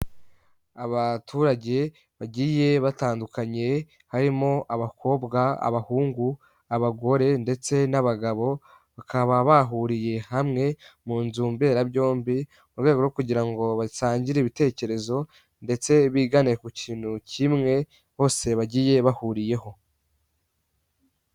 Abaturage bagiye batandukanye harimo abakobwa, abahungu, abagore ndetse n'abagabo bakaba bahuriye hamwe mu nzu mberabyombi mu rwego rwo kugira ngo basangire ibitekerezo ndetse bigane ku kintu kimwe bose bagiye bahuriyeho.